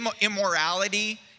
immorality